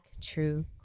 true